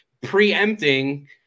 preempting